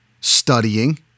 studying